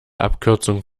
abkürzung